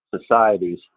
societies